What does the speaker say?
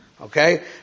Okay